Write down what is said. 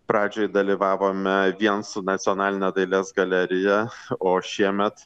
pradžiai dalyvavome vien su nacionaline dailės galerija o šiemet